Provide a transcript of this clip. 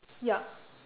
yup